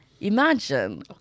Imagine